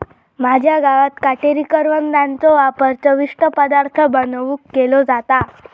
माझ्या गावात काटेरी करवंदाचो वापर चविष्ट पदार्थ बनवुक केलो जाता